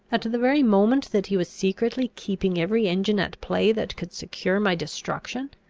at the very moment that he was secretly keeping every engine at play that could secure my destruction?